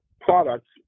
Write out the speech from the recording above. products